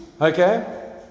Okay